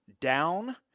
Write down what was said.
down